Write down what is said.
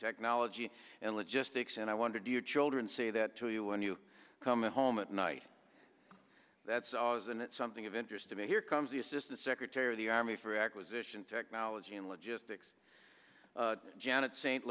technology and logistics and i wonder do your children say that to you when you come home at night that's ours and it's something of interest to me here comes the assistant secretary of the army for acquisition technology and logistics janet s